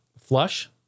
Flush